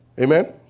Amen